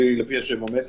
כי היא לפי 7 מטר,